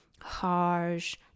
harsh